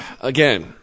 Again